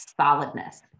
solidness